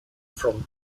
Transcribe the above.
from